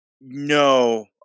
No